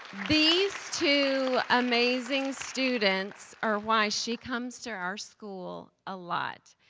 these two amazing students are why she comes to our school a lot.